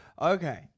Okay